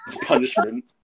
punishment